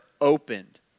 opened